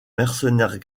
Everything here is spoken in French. mercenaires